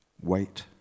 Wait